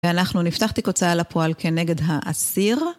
ואנחנו נפתח תיק הוצאה לפועל כנגד האסיר.